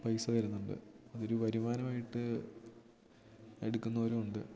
പൈസ തരുന്നുണ്ട് അതൊരു വരുമാനമായിട്ട് എടുക്കുന്നവരും ഉണ്ട്